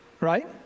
right